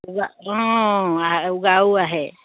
উগাৰ অঁ উগাৰো আহে